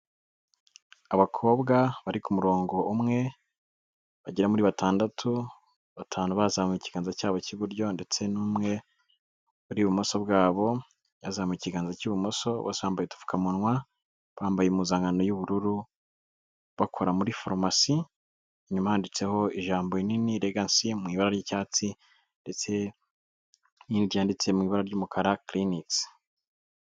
Abakobwa bari ku murongo umwe bagera muri batandatu, batanu bazamuye ikiganza cyabo k'iburyo ndetse n'umwe uri ibumoso bwabo yazamuye ikiganza cy'ibumoso, bose bambaye udupfukamunwa, bambaye impuzankano y'ubururu, bakora muri farumasi, inyuma yabo handitseho ijambo rinini legacymu ibara ry'icyatsi ndetse n'iryanditse mu ibara ry'umukara clinics.